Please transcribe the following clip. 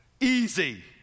easy